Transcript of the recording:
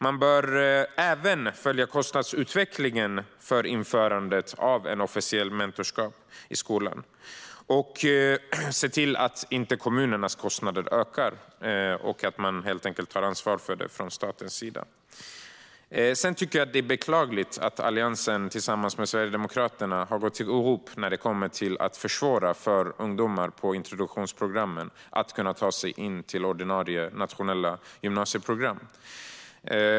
Man bör även följa kostnadsutvecklingen för införandet av ett officiellt mentorskap i skolan och se till att kommunens kostnader inte ökar, det vill säga att staten tar ansvaret. Det är beklagligt att Alliansen tillsammans med Sverigedemokraterna har gått ihop i fråga om att försvåra för ungdomar på introduktionsprogrammen att ta sig in på ordinarie nationella gymnasieprogram.